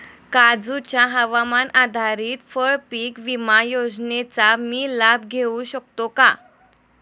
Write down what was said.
काजूसाठीच्या हवामान आधारित फळपीक विमा योजनेचा मी लाभ घेऊ शकतो का?